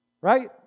Right